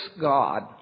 God